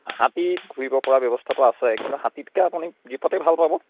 হাতীত ঘূৰিব পৰা ব্যৱস্থাটো আছে কিন্তু হাতীতকৈ আপুনি জীপতে ভাল পাব